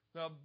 Now